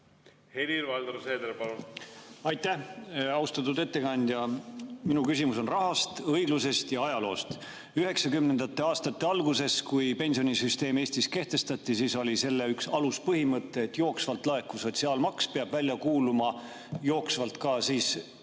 Helir-Valdor Seeder, palun! Aitäh! Austatud ettekandja! Minu küsimus on rahast, õiglusest ja ajaloost. 1990. aastate alguses, kui pensionisüsteem Eestis kehtestati, siis oli selle üks aluspõhimõte, et jooksvalt laekuv sotsiaalmaks peab kuluma jooksvalt ka pensioniteks.